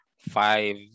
five